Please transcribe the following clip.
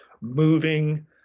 moving